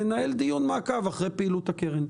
יהיה לקיים דיון מעקב אחרי פעילות הקרן.